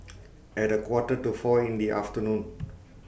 At A Quarter to four in The afternoon